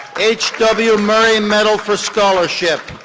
h w. murray medal for scholarship.